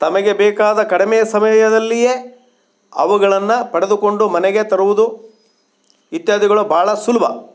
ತಮಗೆ ಬೇಕಾದ ಕಡಿಮೆ ಸಮಯದಲ್ಲಿಯೇ ಅವುಗಳನ್ನು ಪಡೆದುಕೊಂಡು ಮನೆಗೆ ತರುವುದು ಇತ್ಯಾದಿಗಳು ಭಾಳ ಸುಲಭ